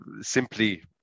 simply